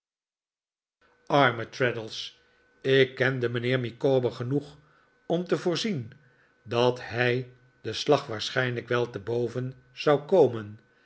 arme traddles ik kende mijnheer micawber genoeg om te voorzien dat h ij den slag waarschijnlijk wel te boven zou komen